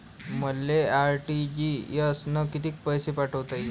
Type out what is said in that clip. मले आर.टी.जी.एस न कितीक पैसे पाठवता येईन?